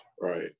Right